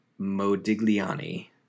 Modigliani